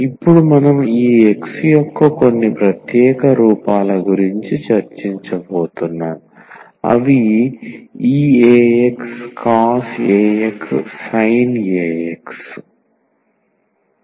ఇప్పుడు మనం ఈ X యొక్క కొన్ని ప్రత్యేక రూపాల గురించి చర్చించబోతున్నాం అవి eax cos ax sin